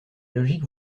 logique